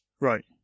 Right